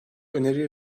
öneriyi